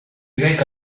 reca